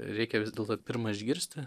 reikia vis dėlto pirma išgirsti